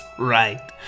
Right